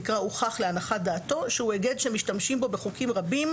"הוכח להנחת דעתו" שהוא היגד שמשתמשים בו בחוקים רבים.